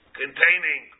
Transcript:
containing